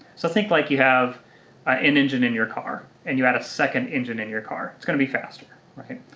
so think like you have ah an engine in your car and you had a second engine in your car. it's gonna be faster, right?